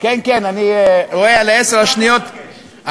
מה אתה מבקש?